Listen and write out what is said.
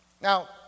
Now